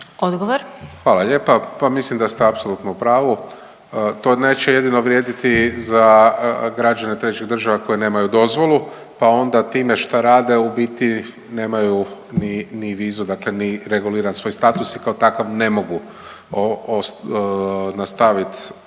(HDZ)** Hvala lijepa. Pa mislim da ste apsolutno u pravu. To neće jedino vrijediti za građane trećih država koji nemaju dozvolu, pa onda time šta rade u biti nemaju ni vizu, dakle ni reguliran svoj status i kao takav ne mogu nastaviti